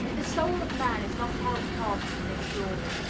the soul of man is not outcast from this glory,